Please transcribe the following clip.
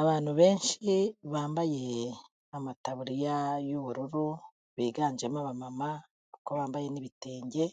Abantu benshi bambaye amataburiya y'ubururu biganjemo aba mama kuko bambaye n'ibitenge,